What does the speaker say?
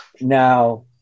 Now